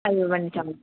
అవి ఇవ్వండి చాలు